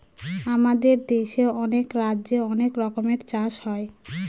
আমাদের দেশে অনেক রাজ্যে অনেক রকমের চাষ হয়